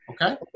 Okay